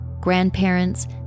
grandparents